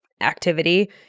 activity